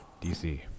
DC